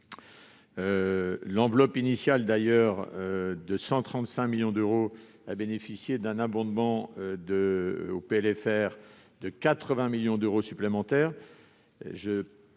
L'enveloppe initiale de 135 millions d'euros a bénéficié d'un abondement de 80 millions d'euros supplémentaires,